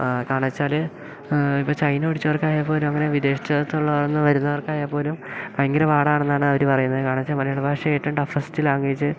കാരണം എന്ന് വെച്ചാല് ഇപ്പം ചൈന പഠിച്ചവർക്കായാൽ പോലും അങ്ങനെ വിദേശത്തകത്തൊള്ള അവിടുന്ന് വരുന്നവർക്കായാൽ പോലും ഭയങ്കര പാടാണെന്നാണ് അവര് പറയുന്നത് കാരണം എന്ന് വെച്ചാൽ മലയാള ഭാഷ ഏറ്റവും ടഫസ്റ്റ് ലാംഗ്വേജ്